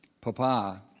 Papa